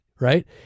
right